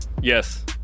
yes